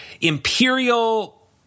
imperial